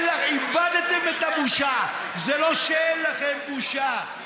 איבדתם את הבושה, זה לא שאין לכם בושה.